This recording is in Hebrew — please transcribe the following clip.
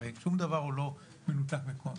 הרי שום דבר לא מנותק מקונטקסט.